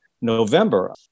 November